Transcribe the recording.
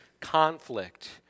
conflict